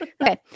Okay